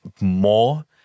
more